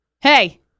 hey